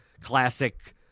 classic